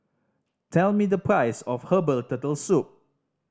tell me the price of herbal Turtle Soup